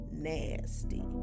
Nasty